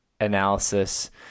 analysis